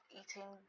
eating